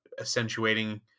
accentuating